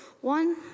One